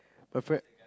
perfect